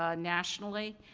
ah nationally,